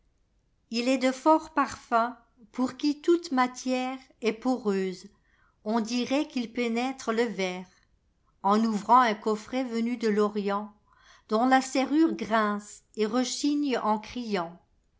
il est de forts parfums pour qui toute matièreest poreuse on dirait qu'ils pénètrent le verre en ouvrant un coffret venu de l'orientdont la serrure grince et rechigne en criant